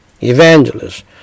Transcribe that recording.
evangelists